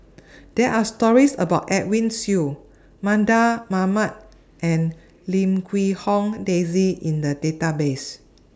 There Are stories about Edwin Siew Mardan Mamat and Lim Quee Hong Daisy in The Database